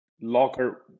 locker